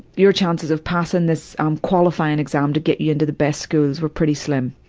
your chances of passing this um qualifying exam to get you into the best schools were pretty slim,